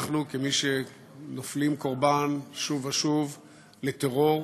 אנחנו, כמי שנופלים קורבן שוב ושוב לטרור,